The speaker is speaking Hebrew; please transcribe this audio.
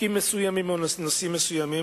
חוקים מסוימים או נושאים מסוימים,